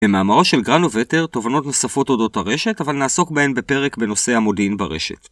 במאמרו של גראנוווטר, תובנות נוספות עודות הרשת, אבל נעסוק בהן בפרק בנושא המודיעין ברשת.